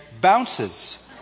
bounces